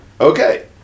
Okay